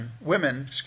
women